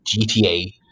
GTA